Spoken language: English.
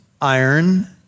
iron